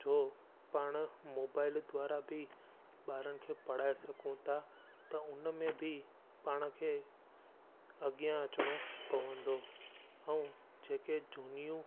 जो पाणि मोबाइल द्वारा बि ॿारनि खे पढ़ाए सघूं था त हुन में बि पाण खे अॻियां अचिणो पवंदो ऐं जेके झूनियूं